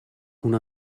una